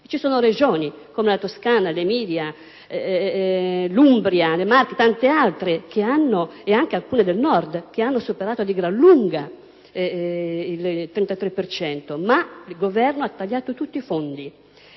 Ci sono Regioni, come la Toscana, l'Emilia-Romagna, l'Umbria e tante altre, tra cui alcune del Nord, che hanno superato di gran lunga il 33 per cento, ma il Governo ha tagliato tutti i fondi.